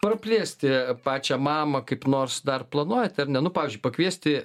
praplėsti pačią mamą kaip nors dar planuojat ar ne nu pavyzdžiui pakviesti